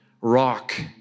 rock